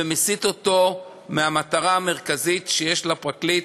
ומסיט אותו מהמטרה המרכזית שיש לפרקליט,